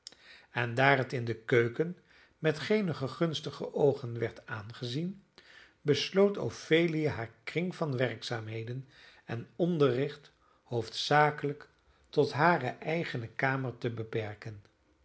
en daar het in de keuken met geene gunstige oogen werd aangezien besloot ophelia haar kring van werkzaamheden en onderricht hoofdzakelijk tot hare eigene kamer te beperken